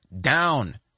down